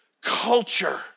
culture